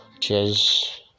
Cheers